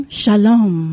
shalom